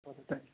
okay thank you